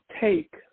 take